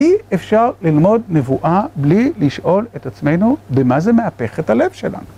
אי אפשר ללמוד נבואה בלי לשאול את עצמנו במה זה מהפך את הלב שלנו.